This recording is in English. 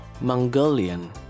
Mongolian